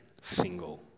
single